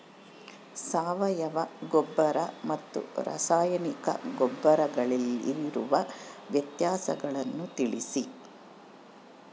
ಸಾವಯವ ಗೊಬ್ಬರ ಮತ್ತು ರಾಸಾಯನಿಕ ಗೊಬ್ಬರಗಳಿಗಿರುವ ವ್ಯತ್ಯಾಸಗಳನ್ನು ತಿಳಿಸಿ?